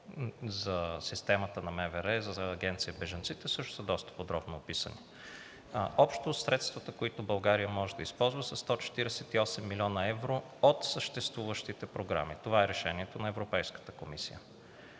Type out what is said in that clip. за системата на МВР, за Агенцията за бежанците също са подробно описани. Общо средствата, които България може да използва, са 148 млн. евро от съществуващите програми. Това е решението на Европейската комисия.